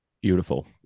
Beautiful